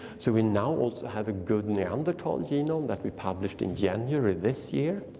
so we now also have a good neanderthal genome that we published in january this year.